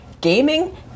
gaming